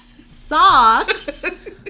Socks